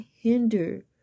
hinder